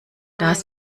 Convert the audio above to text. das